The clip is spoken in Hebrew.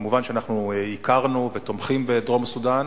מובן שאנחנו הכרנו בדרום-סודן